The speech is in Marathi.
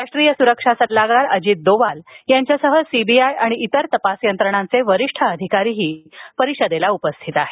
राष्ट्रीय सुरक्षा सल्लागार अजित दोवाल यांच्यासह सीबीआय आणि इतर तपास यंत्रणांचे वरिष्ठ अधिकारी परिषदेला उपस्थित आहेत